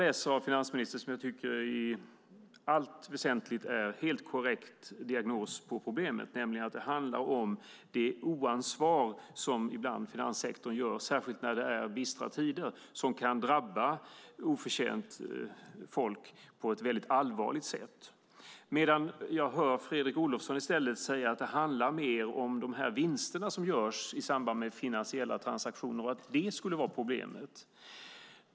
Finansministerns svar innehåller en i allt väsentligt korrekt diagnos på problemet. Det handlar om det oansvar som finanssektorn ibland gör sig skyldig till och som särskilt i bistra tider kan drabba folk på ett oförtjänt och allvarligt sätt. Fredrik Olovsson säger att det i stället är de vinster som görs i samband med finansiella transaktioner som är problemet.